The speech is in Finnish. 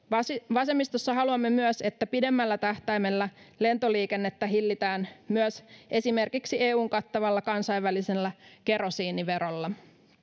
vasemmistossa haluamme myös että pidemmällä tähtäimellä lentoliikennettä hillitään myös esimerkiksi eun kattavalla kansainvälisellä kerosiiniverolla